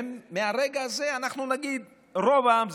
ומרגע זה אנחנו נגיד: רוב העם,